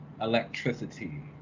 Electricity